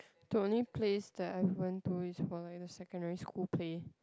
the only place that I went to is for my secondary school play